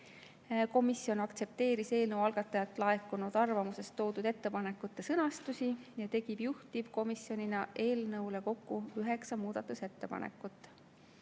Komisjon aktsepteeris eelnõu algatajalt laekunud arvamuses toodud ettepanekute sõnastusi ja tegi juhtivkomisjonina eelnõu kohta kokku üheksa muudatusettepanekut.